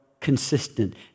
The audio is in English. consistent